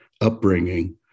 upbringing